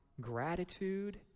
gratitude